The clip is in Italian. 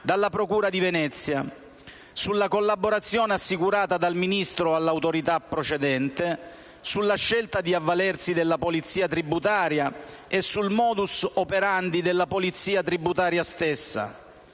della procura di Venezia, sulla collaborazione assicurata dal Ministro all'autorità procedente, sulla scelta di avvalersi della polizia tributaria e sul *modus operandi* della polizia tributaria stessa,